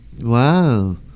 Wow